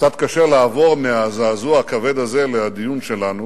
קצת קשה לעבור מהזעזוע הכבד הזה לדיון שלנו,